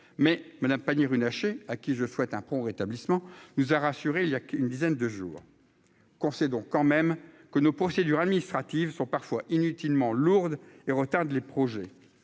mais Madame Pannier-Runacher à qui je souhaite un prompt rétablissement, nous a rassuré, il y a une dizaine de jours qu'donc quand même que nos procédures administratives sont parfois inutilement lourde et retarde les projets